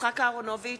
יצחק אהרונוביץ,